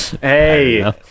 Hey